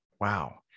wow